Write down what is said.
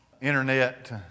internet